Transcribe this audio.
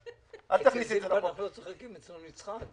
נתנה את זה בזה שמבטלים את התביעות על